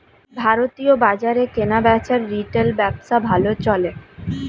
ভারতীয় বাজারে কেনাবেচার রিটেল ব্যবসা ভালো চলে